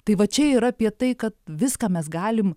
tai va čia yra apie tai kad viską mes galim